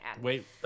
wait